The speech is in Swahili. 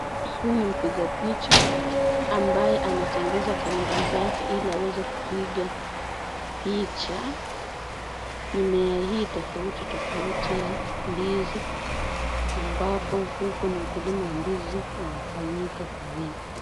Huyu ni mpiga picha ambaye anatengeneza kamera zake ili aweze kupiga picha mimea hii tofauti tofauti ya ndizi ambako huko ni ukulima wa ndizi unafanyika kwa wingi.